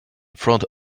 front